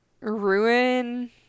ruin